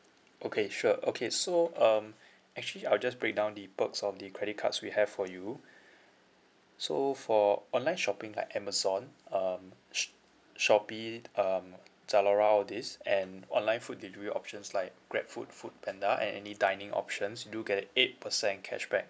okay sure okay so um actually I'll just break down the perks of the credit cards we have for you so for online shopping like amazon um sh~ shopee um zalora all these and online food delivery options like grabfood foodpanda and any dining options you do get an eight percent cashback